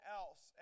else